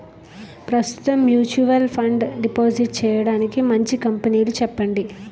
ప్రస్తుతం mutual fund deposit చేయడానికి మంచి కంపెనీలు చెప్పండి